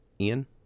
Ian